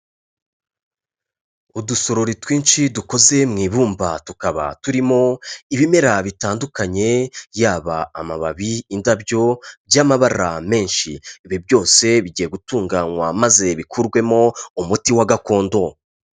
Udusorori twinshi dukoze mu ibumba, tukaba turimo ibimera bitandukanye, yaba amababi, indabyo by'amabara menshi. Ibi byose bigiye gutunganywa, maze bikurwemo umuti wa gakondo.